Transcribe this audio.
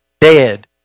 dead